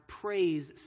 praise